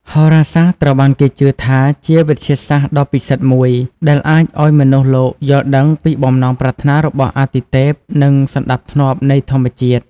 ហោរាសាស្ត្រត្រូវបានគេជឿថាជាវិទ្យាសាស្ត្រដ៏ពិសិដ្ឋមួយដែលអាចឲ្យមនុស្សលោកយល់ដឹងពីបំណងប្រាថ្នារបស់អាទិទេព និងសណ្តាប់ធ្នាប់នៃធម្មជាតិ។